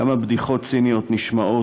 כמה בדיחות ציניות נשמעות,